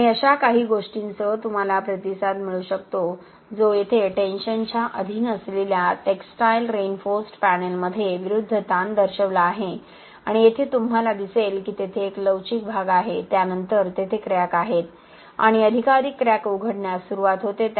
आणि अशा काही गोष्टींसह तुम्हाला प्रतिसाद मिळू शकतो जो येथे टेंशनच्या अधीन असलेल्या टेक्सटाइल रिइन्फोर्स्ड पॅनेलमध्ये विरुद्ध ताण दर्शविला आहे आणि येथे तुम्हाला दिसेल की तेथे एक लवचिक भाग आहे त्यानंतर तेथे क्रॅक आहेत आणि अधिकाधिक क्रॅक उघडण्यास सुरवात होते